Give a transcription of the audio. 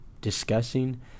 discussing